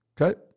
Okay